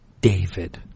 David